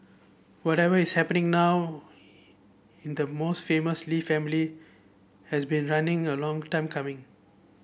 whatever is happening now in the most famous Lee family has been running a long time coming